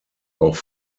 auch